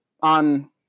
On